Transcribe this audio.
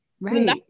Right